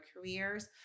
careers